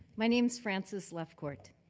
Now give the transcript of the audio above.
my name is frances lefcourt.